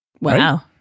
Wow